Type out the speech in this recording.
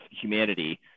humanity